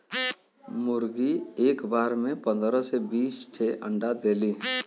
मुरगी एक बार में पन्दरह से बीस ठे अंडा देली